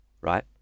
right